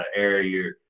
area